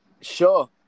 Sure